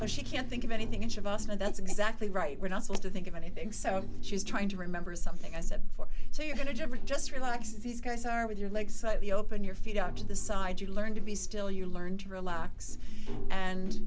a she can't think of anything inch of us and that's exactly right we're not supposed to think of anything so she's trying to remember something i said before so you're going to ever just relax these guys are with your legs slightly open your feet out to the side you learn to be still you learn to relax and